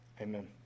Amen